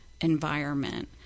environment